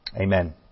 Amen